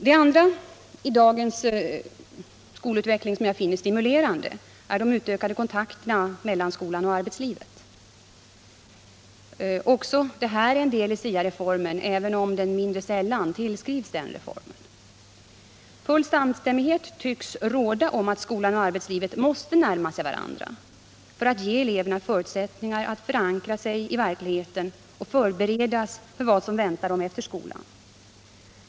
Det andra i dagens skolutveckling som jag finner stimulerande gäller de utökade kontakterna mellan skolan och arbetslivet. Också detta är en del av SIA-reformen, även om det mera sällan framgår i skoldebatten. Full samstämmighet tycks råda om att skolan och arbetslivet måste närma sig varandra för att ge eleverna förutsättningar att förankras i verkligheten och förberedas på vad som väntar dem efter skolan.